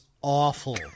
awful